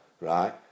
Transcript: right